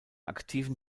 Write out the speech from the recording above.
aktiven